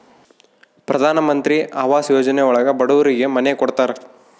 ಪ್ರಧನಮಂತ್ರಿ ಆವಾಸ್ ಯೋಜನೆ ಒಳಗ ಬಡೂರಿಗೆ ಮನೆ ಕೊಡ್ತಾರ